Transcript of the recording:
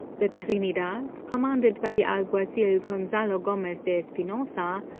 the trinidad, commanded by the alguazil gonzalo gomez de espinosa,